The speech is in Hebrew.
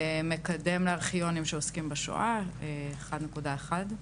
ומקדם לארכיונים שעוסקים בשואה של 1.1 נקודות,